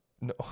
No